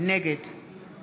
נגד